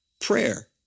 prayer